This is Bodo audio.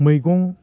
मैगं